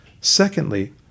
Secondly